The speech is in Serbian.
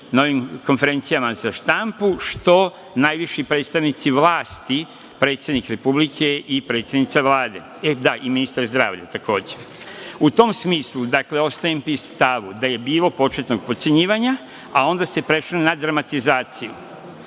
ovim konferencijama za štampu, što najviši predstavnici vlasti i predsednik Republike i predsednica Vlade, i ministar zdravlja takođe.U tom smislu, dakle, ostajem pri stavu da je bilo početnog potcenjivanja, a onda se prešlo na dramatizaciju.